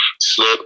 slip